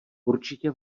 určitě